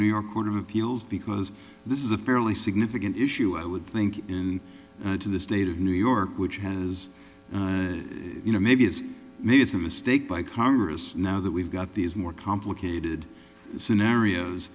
new york court of appeals because this is a fairly significant issue i would think in to the state of new york which has you know maybe is made it's a mistake by congress now that we've got these more complicated scenarios